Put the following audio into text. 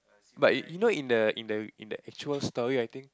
but you know in the in the in the actual story I think